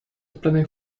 planning